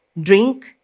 Drink